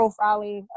profiling